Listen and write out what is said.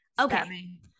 Okay